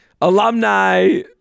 alumni